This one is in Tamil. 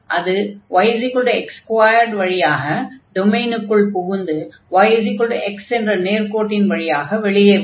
அது yx2 வழியாக டொமைனுக்குள் புகுந்து yx என்ற நேர்க்கோட்டின் வழியாக வெளியே வரும்